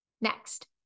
Next